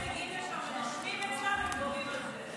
שמגיעים לשם ונושמים אצלם הם גובים על זה.